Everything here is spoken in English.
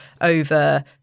over